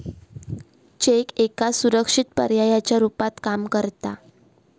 check एका सुरक्षित पर्यायाच्या रुपात काम करता